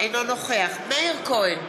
אינו נוכח מאיר כהן,